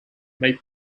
may